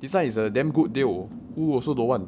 this [one] is a damn good deal who also don't want